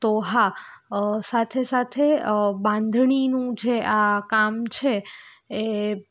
તો હા સાથે સાથે બાંધણીનું જે આ કામ છે એ